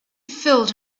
filled